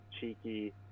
cheeky